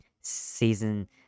season